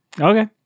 Okay